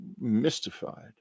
mystified